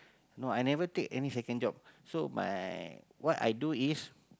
no I never take any second job so my what i do is